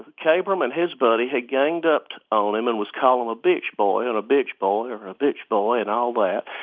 kabrahm and his buddy had ganged up on him and was calling him a bitch boy and a bitch boy, or a bitch boy and all that.